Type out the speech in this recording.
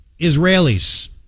Israelis